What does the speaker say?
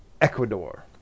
Ecuador